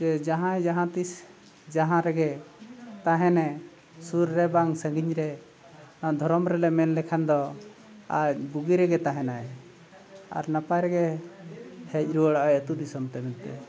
ᱡᱮ ᱡᱟᱦᱟᱸᱭ ᱡᱟᱦᱟᱸᱛᱤᱥ ᱡᱟᱦᱟᱸ ᱨᱮᱜᱮ ᱛᱟᱦᱮᱱᱟᱭ ᱥᱩᱨ ᱨᱮ ᱵᱟᱝ ᱥᱟᱺᱜᱤᱧ ᱨᱮ ᱫᱷᱚᱨᱚᱢ ᱨᱮᱞᱮ ᱢᱮᱱ ᱞᱮᱠᱷᱟᱱ ᱫᱚ ᱟᱡ ᱵᱩᱜᱤ ᱨᱮᱜᱮ ᱛᱟᱦᱮᱱᱟᱭ ᱟᱨ ᱱᱟᱯᱟᱭ ᱨᱮᱜᱮ ᱦᱮᱡ ᱨᱩᱣᱟᱹᱲᱚᱜᱼᱟᱭ ᱟᱛᱳ ᱫᱤᱥᱚᱢᱛᱮ ᱢᱮᱱᱛᱮ